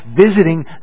visiting